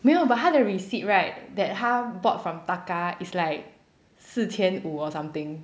没有 but 他的 receipt right that 他 bought from taka is like 四千五 or something